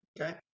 okay